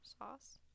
sauce